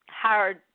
hard